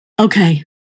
okay